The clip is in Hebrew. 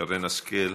שרן השכל,